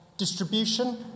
Distribution